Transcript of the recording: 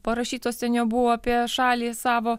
parašytos ten jau buvo apie šalį savo